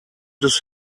des